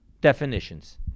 definitions